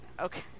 Okay